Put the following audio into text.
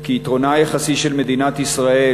כי יתרונה היחסי של מדינת ישראל